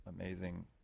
amazing